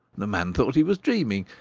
the man thought he was dreaming,